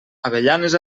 avellanes